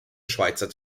schweizer